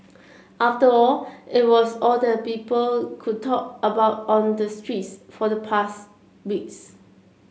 after all it was all that people could talk about on the streets for the past weeks